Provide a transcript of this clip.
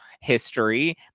history